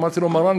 אמרתי לו: מרן,